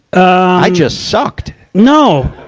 i just sucked. no!